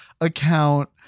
account